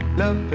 love